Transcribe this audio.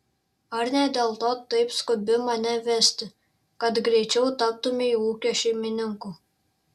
ar ne dėl to taip skubi mane vesti kad greičiau taptumei ūkio šeimininku